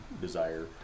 desire